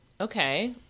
Okay